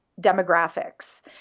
demographics